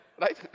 Right